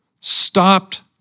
stopped